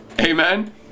Amen